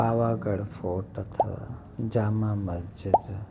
Awagarh fort अथव जामा मस्जिद